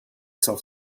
self